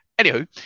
Anywho